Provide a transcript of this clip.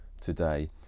today